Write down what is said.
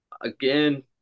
Again